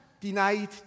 denied